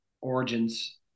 origins